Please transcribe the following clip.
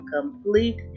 complete